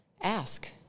ask